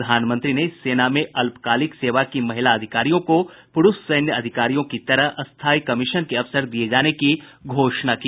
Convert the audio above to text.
प्रधानमंत्री ने सेना में अल्पकालिक सेवा की महिला अधिकारियों को पुरुष सैन्य अधिकारियों की तरह स्थायी कमीशन के अवसर दिए जाने की घोषणा की